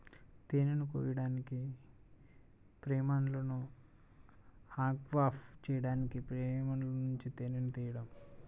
తేనెను కోయడానికి, ఫ్రేమ్లను అన్క్యాప్ చేయడానికి ఫ్రేమ్ల నుండి తేనెను తీయడం